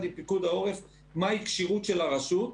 עם פיקוד העורף בשאלה מהי כשירות של הרשות.